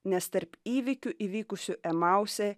nes tarp įvykių įvykusių emause